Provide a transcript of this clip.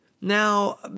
Now